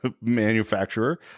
manufacturer